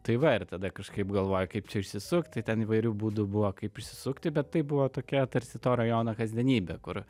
tai va ir tada kažkaip galvoji kaip čia išsisukti tai ten įvairių būdų buvo kaip išsisukti bet tai buvo tokia tarsi to rajono kasdienybė kur